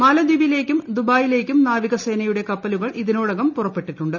മാലദ്വീപിലേക്കും ദുബായിലേക്കും നാവികസേന യുടെ കപ്പലുകൾ ഇതിനോടകം പുറപ്പെട്ടിട്ടുണ്ട്